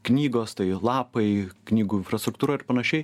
knygos tai lapai knygų infrastruktūra ir panašiai